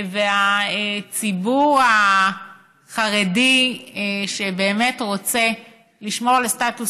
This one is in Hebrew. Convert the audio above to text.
והציבור החרדי שבאמת רוצה לשמור על הסטטוס